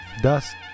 dust